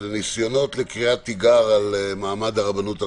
לניסיונות לקריאת תיגר על מעמד הרבנות הראשית.